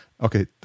okay